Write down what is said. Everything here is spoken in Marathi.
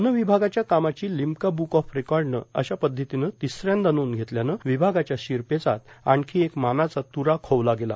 वन विभागाच्या कामाची लिम्का ब्रुक ऑफ रेकॉडनं अशा पद्धतीने र्तिसऱ्यांदा नांद घेतल्यानं र्वभागाच्या र्शिरपेचात आणखी एक मानाचा त्रा खोवला गेला